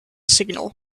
signal